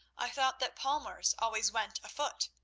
i thought that palmers always went afoot?